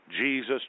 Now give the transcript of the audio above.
Jesus